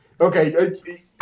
Okay